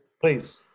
Please